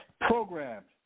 Programs